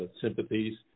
sympathies